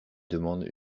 demande